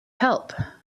help